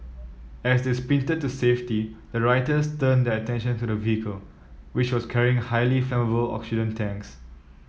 as they sprinted to safety the rioters turned their attention to the vehicle which was carrying highly flammable oxygen tanks